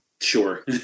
Sure